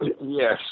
Yes